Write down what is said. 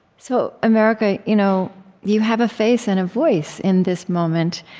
so america, you know you have a face and a voice in this moment.